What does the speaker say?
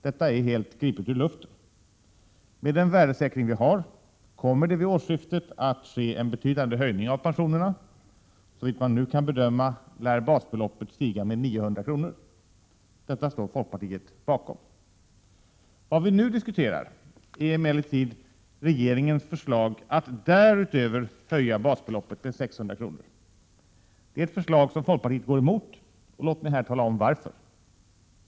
Detta tal är helt gripet ur luften. Med den värdesäkring som vi har kommer det vid årsskiftet att ske en betydande höjning av pensionerna. Såvitt man nu kan bedöma lär basbeloppet stiga med 900 kr. Detta står folkpartiet bakom. Vad vi nu diskuterar är emellertid regeringens förslag att därutöver höja basbeloppet med 600 kr. Det är ett förslag som folkpartiet går emot, och låt — Prot. 1987/88:133 mig här tala om varför.